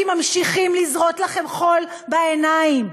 כי ממשיכים לזרות לכם חול בעיניים.